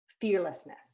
fearlessness